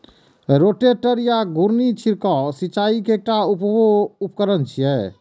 rotator या घुर्णी छिड़काव सिंचाइ के एकटा उपकरण छियै